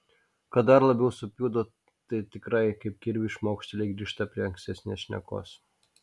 kad dar labiau supjudo tai tikrai kaip kirviu šmaukštelia ir grįžta prie ankstesnės šnekos